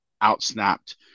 out-snapped